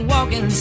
Walking